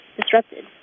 disrupted